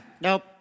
Nope